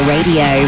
Radio